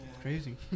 Crazy